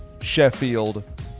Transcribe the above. Sheffield